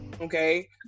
okay